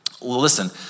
Listen